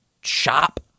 shop